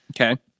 Okay